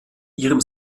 ihrem